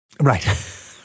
Right